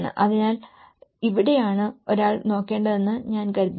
അതിനാൽ ഇവിടെയാണ് ഒരാൾ നോക്കേണ്ടതെന്ന് ഞാൻ കരുതുന്നു